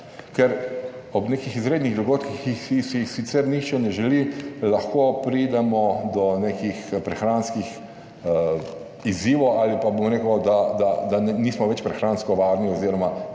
ker ob nekih izrednih dogodkih, ki si jih sicer nihče ne želi, lahko pridemo do nekih prehranskih izzivov ali pa bom rekel, da nismo več prehransko varni oz.